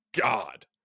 God